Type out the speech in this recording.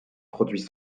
produits